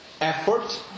effort